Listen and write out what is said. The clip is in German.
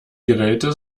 geräte